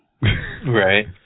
Right